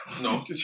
no